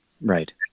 Right